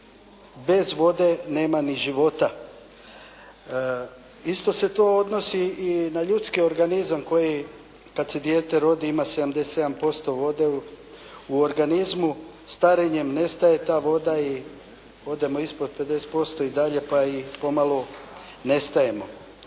bez vode nema ni života. Isto se to odnosi i na ljudski organizam koji kad se dijete rodi ima 77% vode u organizmu. Starenjem nestaje ta voda i odemo ispod 50% i dalje pa i pomalo nestajemo.